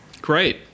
Great